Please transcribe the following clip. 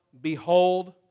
behold